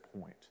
point